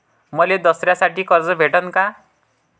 मले दसऱ्यासाठी कर्ज भेटन का?